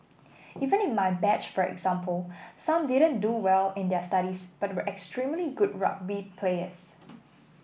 even in my batch for example some didn't do well in their studies but were extremely good rugby players